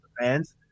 fans